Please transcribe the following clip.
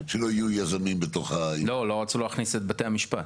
שלא יהיו יזמים בתוך --- לא רצו להכניס את בתי המשפט.